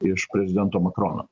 iš prezidento makrono